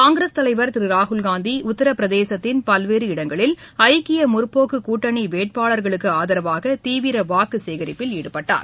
காங்கிரஸ் தலைவர் திருராகுல்னாந்தி உத்தரப்பிரதேசத்தின் பல்வேறு இடங்களில் ஐக்கியமுற்போக்குகூட்டணிவேட்பாளர்களுக்குஆதரவாகதீவிரவாக்குசேகரிப்பில் ஈடுபட்டார்